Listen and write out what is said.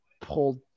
pulled